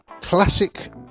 classic